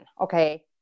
Okay